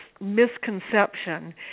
misconception